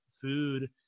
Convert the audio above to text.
food